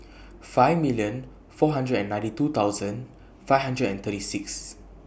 five million four hundred and ninety two thousand five hundred and thirty six